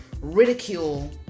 ridicule